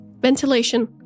ventilation